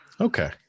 okay